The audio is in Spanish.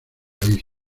país